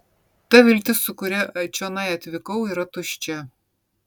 ta viltis su kuria čionai atvykau yra tuščia